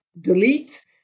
delete